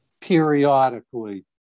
periodically